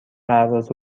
تعرض